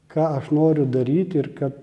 ką aš noriu daryt ir kad